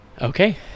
Okay